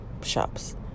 shops